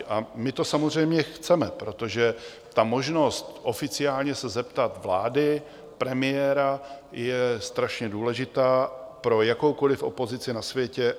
A my to samozřejmě chceme, protože ta možnost oficiálně se zeptat vlády, premiéra je strašně důležitá pro jakoukoliv opozici na světě.